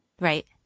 Right